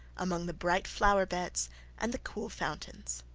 among the bright flower-beds and the cool fountains.